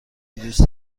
دوست